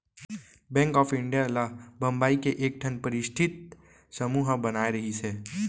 bank of India ल बंबई के एकठन परस्ठित समूह ह बनाए रिहिस हे